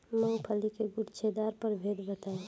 मूँगफली के गूछेदार प्रभेद बताई?